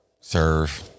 Serve